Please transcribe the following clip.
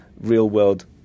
real-world